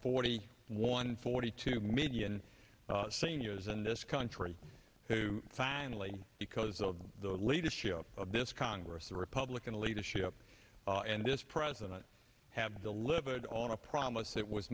forty one forty two million seniors in this country who finally because of the leadership of this congress the republican leadership and this president have delivered on a promise that was